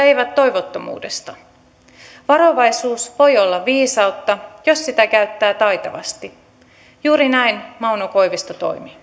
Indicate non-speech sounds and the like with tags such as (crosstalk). (unintelligible) eivät toivottomuudesta varovaisuus voi olla viisautta jos sitä käyttää taitavasti juuri näin mauno koivisto toimi